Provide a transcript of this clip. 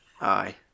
Aye